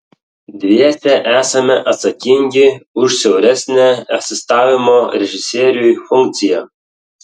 dviese esame atsakingi už siauresnę asistavimo režisieriui funkciją